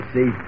See